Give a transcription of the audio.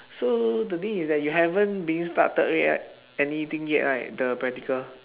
so the thing is that you haven't being started yet anything yet right the practical